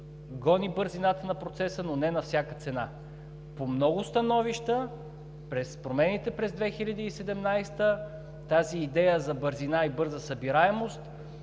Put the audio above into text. гони бързината на процеса, но не на всяка цена. По много становища през промените през 2017-а тази идея за бързина и бърза събираемост